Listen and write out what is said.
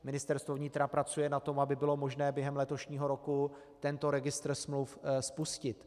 Ministerstvo vnitra pracuje na tom, aby bylo možné během letošního roku tento registr smluv spustit.